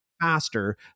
faster